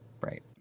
Right